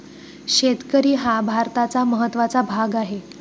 शेतकरी हा भारताचा महत्त्वाचा भाग आहे